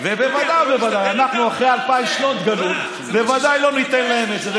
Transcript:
בוודאי ובוודאי אנחנו אחרי אלפיים שנות גלות לא ניתן להם את זה,